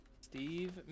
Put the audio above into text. Steve